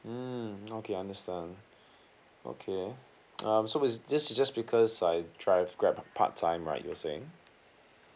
mm okay understand okay um so is this is just because I drive grab part time right you were saying